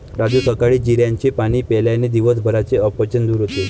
राजू सकाळी जिऱ्याचे पाणी प्यायल्याने दिवसभराचे अपचन दूर होते